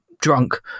drunk